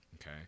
okay